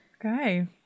Okay